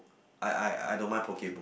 I I I don't mind poke bowl